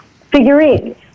figurines